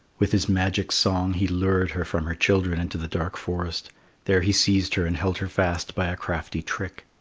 with his magic song he lured her from her children into the dark forest there he seized her and held her fast by a crafty trick.